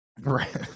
right